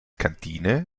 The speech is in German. kantine